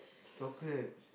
chocolates